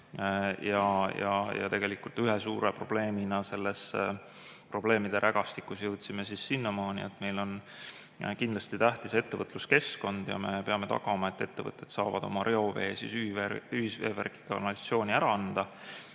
Tegelikult ühe suure probleemina selles probleemide rägastikus jõudsime sinnamaani, et meile on kindlasti tähtis ettevõtluskeskkond ja me peame tagama, et ettevõtted saavad oma reovee ühisveevärki ja -kanalisatsiooni ära anda.